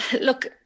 look